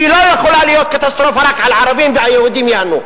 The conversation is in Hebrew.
כי היא לא יכולה להיות קטסטרופה רק על ערבים והיהודים ייהנו.